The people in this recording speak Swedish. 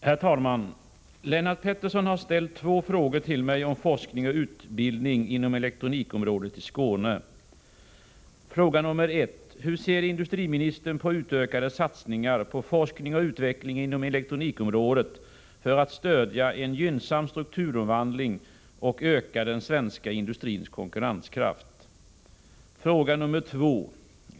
Herr talman! Lennart Pettersson har ställt två frågor till mig om forskning och utbildning inom elektronikområdet i Skåne: 1. Hur ser industriministern på utökade satsningar på forskning och utveckling inom elektronikområdet för att stödja en gynnsam strukturomvandling och öka den svenska industrins konkurrenskraft? 2.